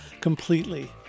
completely